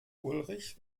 ulrich